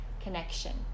connection